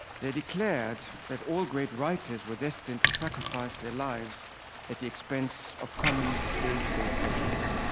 they declared that all great writers were destined to sacrifice their lives at the expense of common day-to-day pleasures.